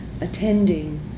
attending